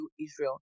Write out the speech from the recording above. Israel